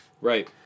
Right